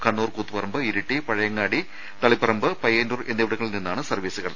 കണ്ണൂർ കൂത്തുപറമ്പ് ഇരിട്ടി പഴയങ്ങാട് തളിപറമ്പ് പയ്യന്നൂർ എന്നിവിടങ്ങളിൽ നിന്നാണ് സർവ്വീസുകൾ